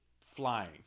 flying